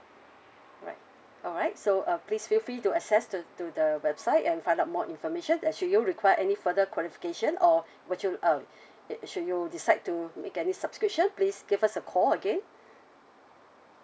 alright alright so uh please feel free to access to to the website and find out more information and should you require any further clarification or would you uh i~ should you decide to make any subscription please give us a call again